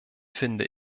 finde